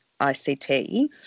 ICT